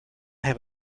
have